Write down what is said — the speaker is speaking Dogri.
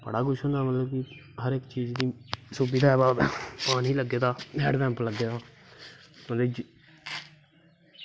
बड़ा कुश मतलव की हर इक चीज़ दी सुविधा हैंड़पंप लग्गे दा ते